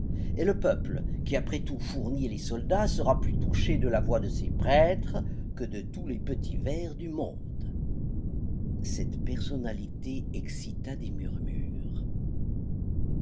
et le peuple qui après tout fournit les soldats sera plus touché de la voix de ses prêtres que de tous les petits vers du monde cette